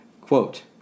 Quote